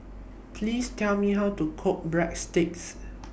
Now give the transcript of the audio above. Please Tell Me How to Cook Breadsticks